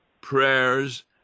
prayers